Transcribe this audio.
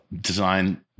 design